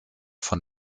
von